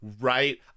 right